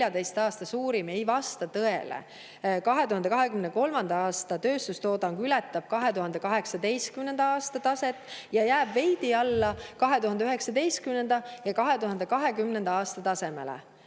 aasta suurim, ei vasta tõele. 2023. aasta tööstustoodang ületas 2018. aasta taset ja jäi veidi alla 2019. ja 2020. aasta tasemele.